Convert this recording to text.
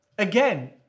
Again